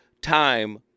time